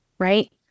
Right